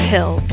Hill